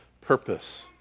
purpose